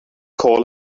call